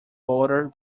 boarder